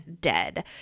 Dead